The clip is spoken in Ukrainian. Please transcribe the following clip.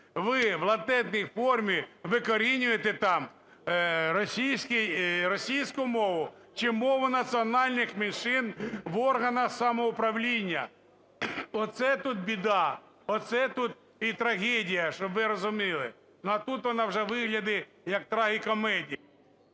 ви в латентній формі викорінюєте там російську мову чи мову національних меншин в органах самоуправління? Оце тут біда, оце тут і трагедія, щоб ви розуміли. Ну, а тут вона вже виглядить як трагікомедія.